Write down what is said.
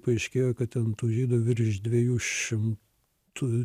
paaiškėjo kad ten tų žydų virš dviejų šimtų